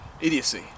Idiocy